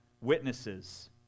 witnesses